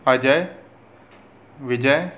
Ajay Vijay